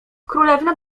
królewna